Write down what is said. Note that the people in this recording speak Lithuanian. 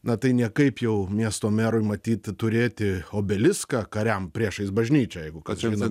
na tai niekaip jau miesto merui matyt turėti obeliską kariam priešais bažnyčią jeigu kas žino